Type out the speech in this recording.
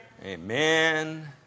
Amen